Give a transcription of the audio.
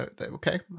okay